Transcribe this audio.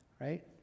Right